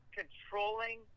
controlling